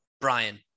Brian